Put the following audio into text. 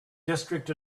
district